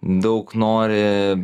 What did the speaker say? daug nori